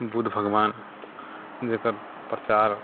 बुद्ध भगवान जेकर प्रचार